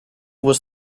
was